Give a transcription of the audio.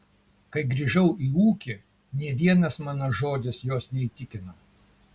kai grįžau į ūkį nė vienas mano žodis jos neįtikino